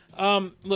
Look